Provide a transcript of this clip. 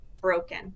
broken